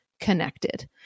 connected